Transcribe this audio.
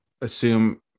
assume